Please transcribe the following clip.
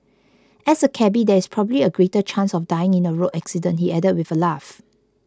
as a cabby there is probably a greater chance of dying in a road accident he added with a laugh